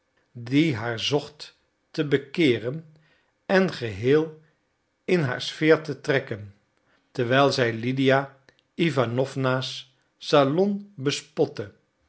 die haar zocht te bekeeren en geheel in haar sfeer te trekken terwijl zij lydia iwanowna's salon bespotte